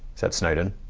said snowden.